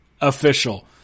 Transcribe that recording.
official